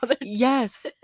Yes